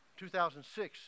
2006